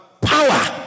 power